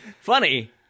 Funny